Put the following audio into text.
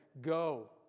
go